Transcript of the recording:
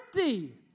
empty